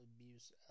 abuse